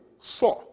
saw